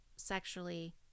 sexually